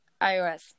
iOS